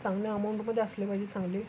चांगल्या अमाऊंटमध्ये असले पाहिजे चांगली